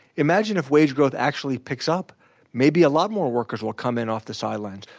imagine if wage growth actually picks up maybe a lot more workers will come in off the sidelines.